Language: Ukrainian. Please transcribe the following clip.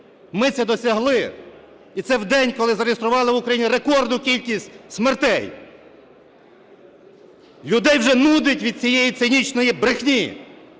Ми це досягли, і це в день, коли зареєстрували в Україні рекордну кількість смертей. Людей вже нудить від цієї цинічної брехні,